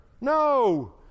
No